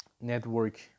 Network